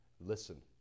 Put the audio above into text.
listen